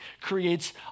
creates